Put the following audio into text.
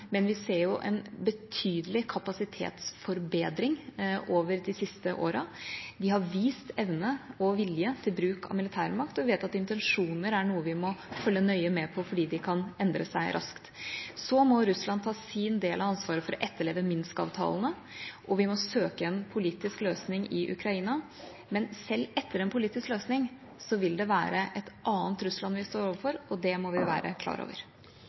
men vi ser en betydelig kapasitetsforbedring over de siste årene. Vi har vist evne og vilje til bruk av militærmakt og vet at intensjoner er noe vi må følge nøye med på fordi de kan endre seg raskt. Så må Russland ta sin del av ansvaret for å etterleve Minsk-avtalene, og vi må søke en politisk løsning i Ukraina. Men selv etter en politisk løsning vil det være et annet Russland vi står overfor, og det må vi være klar over.